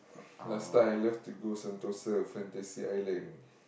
last time I love to go Sentosa Fantasy-Island